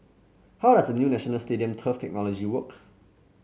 how does the new National Stadium turf technology work